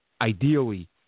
ideally